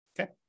Okay